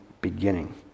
beginning